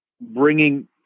bringing